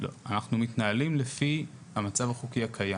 אנחנו מתנהלים לפי המצב החוקי הקיים.